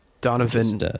Donovan